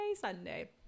Sunday